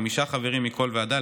חמישה חברים מכל ועדה,